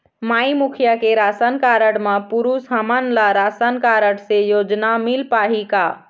माई मुखिया के ration card म पुरुष हमन ला राशन कारड से योजना मिल पाही का?